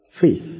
Faith